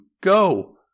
Go